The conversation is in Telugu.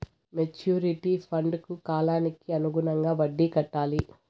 మెచ్యూరిటీ ఫండ్కు కాలానికి అనుగుణంగా వడ్డీ కట్టాలి